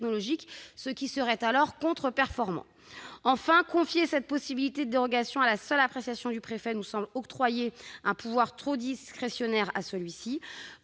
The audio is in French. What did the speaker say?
technologique, ce qui serait alors contre-performant. En outre, confier cette possibilité de dérogation à la seule appréciation du préfet nous semble octroyer un pouvoir trop discrétionnaire à celui-ci.